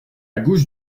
gauche